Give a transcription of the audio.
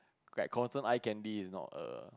like constant eye candy it's not a